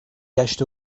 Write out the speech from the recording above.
گشت